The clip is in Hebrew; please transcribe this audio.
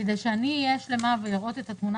כדי שאני אהיה שלמה בלראות את התמונה